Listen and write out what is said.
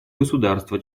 государства